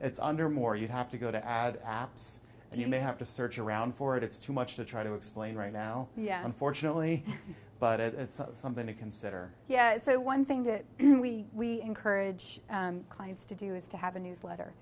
it's under more you have to go to add apps you may have to search around for it it's too much to try to explain right now yeah unfortunately but it is so something to consider yeah so one thing to we we encourage clients to do is to have a newsletter